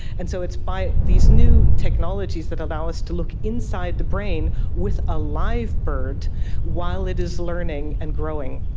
and so it's by these new technologies that allow us to look inside the brain with a live bird while it is learning and growing.